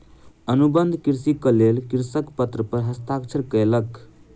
अनुबंध कृषिक लेल कृषक पत्र पर हस्ताक्षर कयलक